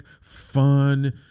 fun